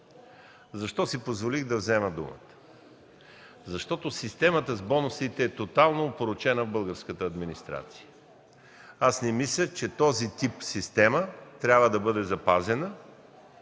Защо си позволих да взема думата? Защото системата с бонусите е тотално опорочена в българската администрация. Не мисля, че този тип система трябва да бъде запазена,